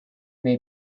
may